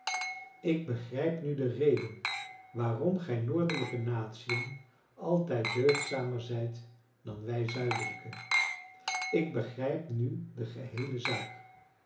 ik begrijp nu de reden waarom gij noordelijke natiën altijd deugdzamer zijt dan wij zuidelijke ik begrijp nu de geheele zaak